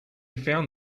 found